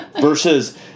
versus